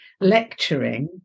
lecturing